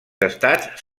estats